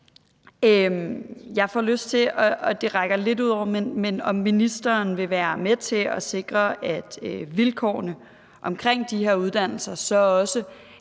Jeg får lyst til, og det rækker lidt ud over det her, at høre, om ministeren vil være med til at sikre, at vilkårene omkring de her uddannelser så også